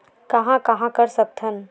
कहां कहां कर सकथन?